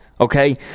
Okay